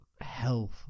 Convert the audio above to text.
health